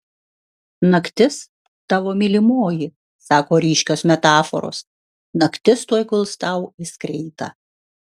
naktis tavo mylimoji sako ryškios metaforos naktis tuoj guls tau į skreitą